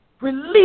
Release